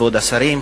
כבוד השרים,